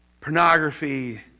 pornography